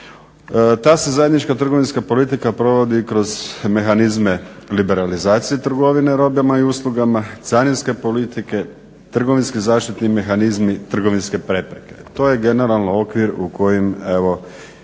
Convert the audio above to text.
Ta se zajednička trgovinska politika provodi kroz mehanizme liberalizacije trgovine robama i uslugama, carinske politike, trgovinski zaštitni mehanizmi, trgovinske prepreke. To je generalno okvir u kojeg